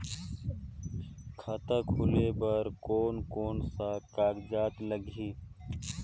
खाता खुले बार कोन कोन सा कागज़ लगही?